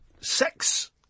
Sex